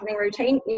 routine